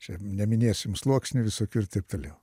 čia neminėsim sluoksnių visokių ir taip toliau